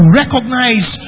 recognize